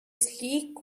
sleek